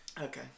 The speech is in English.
Okay